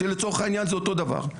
שלצורך העניין זה אותו דבר.